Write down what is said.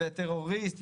"טרוריסט",